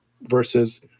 versus